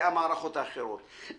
המערכות האחרות.